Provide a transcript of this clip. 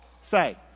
Say